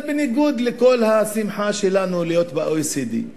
זה בניגוד לכל השמחה שלנו להיות ב-OECD.